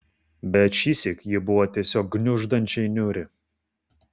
bet šįsyk ji buvo tiesiog gniuždančiai niūri